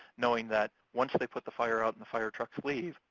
knowing that once they put the fire out and the fire trucks leave,